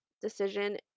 decision